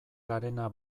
garena